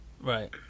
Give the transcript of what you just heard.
Right